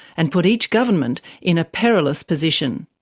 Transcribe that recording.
and put each government in a perilous position.